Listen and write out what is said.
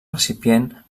recipient